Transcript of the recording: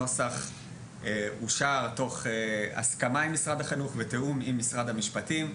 הנוסח אושר תוך הסכמה עם משרד החינוך ותיאום עם משרד המשפטים.